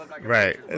Right